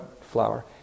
flour